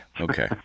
Okay